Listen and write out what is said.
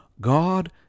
God